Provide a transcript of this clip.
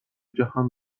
جهان